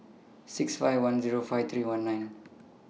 six five one Zero five three one nine